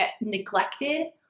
neglected